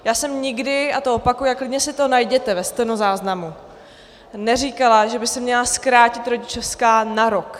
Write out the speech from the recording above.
Já jsem nikdy, a to opakuji a klidně si to najděte ve stenozáznamu, neříkala, že by se měla zkrátit rodičovská na rok.